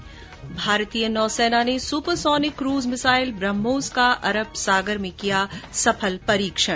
्भारतीय नौसेना ने supersonic cruise missile BrahMos का अरब सागर में किया सफल परीक्षण